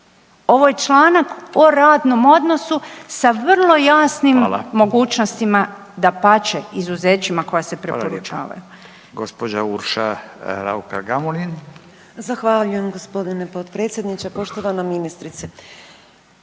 Ovo je članak o radnom odnosu sa vrlo jasnim .../Upadica: Hvala./... mogućnostima, dapače, izuzećima koja se preporučavaju.